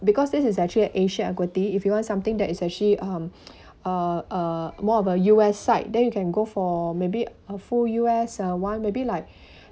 because this is actually asia equity if you want something that is actually um uh uh more of a U_S side then you can go for maybe a full U_S uh one maybe like